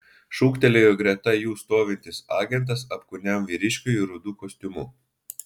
šūktelėjo greta jų stovintis agentas apkūniam vyriškiui rudu kostiumu